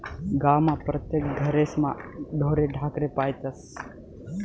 गावमा परतेक घरेस्मा ढोरे ढाकरे पायतस